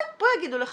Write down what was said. אבל פה יגידו לך,